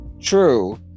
True